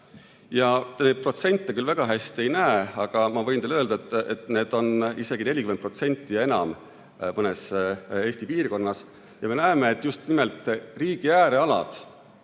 [siin slaidil] küll väga hästi ei näe, aga ma võin teile öelda, et need on isegi 40% ja enam mõnes Eesti piirkonnas. Me näeme, et just nimelt riigi äärealad